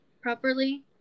properly